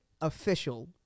official